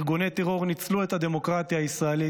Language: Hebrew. ארגוני הטרור ניצלו את הדמוקרטיה הישראלית,